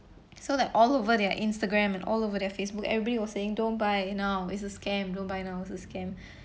so like all over their Instagram and all over their Facebook everybody was saying don't buy now it's a scam don't buy now it's a scam